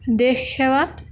দেশ সেৱাত